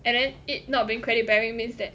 and then it not being credit bearing means that